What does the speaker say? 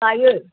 लायो